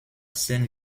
scène